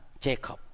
Jacob